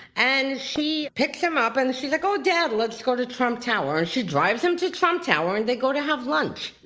and she picked him up and she's like, oh dad, let's go to trump tower. and she drives him to trump tower and they go to have lunch.